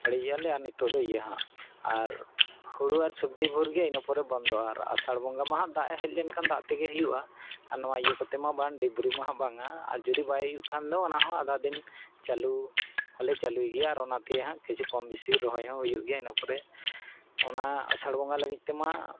ᱚᱲᱮᱡᱮᱜᱼᱟ ᱞᱮ ᱟᱨ ᱱᱤᱛᱚᱜ ᱫᱚ ᱤᱭᱟᱹ ᱦᱟᱸᱜ ᱟᱨ ᱦᱳᱲᱳ ᱟᱨ ᱥᱚᱵᱽᱡᱤ ᱵᱷᱳᱨ ᱜᱮ ᱤᱱᱟᱹᱯᱚᱨᱮ ᱵᱚᱱᱫᱚᱜᱼᱟ ᱟᱨ ᱟᱥᱟᱲ ᱵᱚᱸᱜᱟ ᱢᱟ ᱫᱟᱜ ᱦᱮᱡ ᱞᱮᱱᱠᱷᱟᱱ ᱫᱟᱜ ᱛᱮᱜᱮ ᱦᱩᱭᱩᱜᱼᱟ ᱟᱨ ᱱᱚᱣᱟ ᱤᱭᱟᱹ ᱠᱚᱛᱮ ᱢᱟ ᱵᱟᱝ ᱰᱤᱯ ᱵᱳᱨᱤᱝ ᱢᱟᱦᱟᱜ ᱵᱟᱝᱟ ᱟᱨ ᱡᱩᱫᱤ ᱵᱟᱭ ᱦᱩᱭᱩᱜ ᱠᱷᱟᱱ ᱫᱚ ᱚᱱᱟᱦᱚᱸ ᱟᱫᱷᱟ ᱫᱤᱱ ᱪᱟᱹᱞᱩ ᱦᱚᱸᱞᱮ ᱪᱟᱹᱞᱩᱭ ᱜᱮᱭᱟ ᱟᱨ ᱚᱱᱟᱛᱮ ᱠᱤᱪᱷᱩ ᱠᱚᱢ ᱵᱮᱥᱤ ᱨᱚᱦᱚᱭ ᱦᱚᱸ ᱦᱩᱭᱩᱜ ᱜᱮᱭᱟ ᱤᱱᱟᱹ ᱯᱚᱨᱮ ᱚᱱᱟ ᱟᱥᱟᱲ ᱵᱚᱸᱜᱟ ᱞᱟᱹᱜᱤᱫ ᱛᱮᱢᱟ